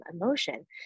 emotion